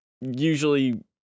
usually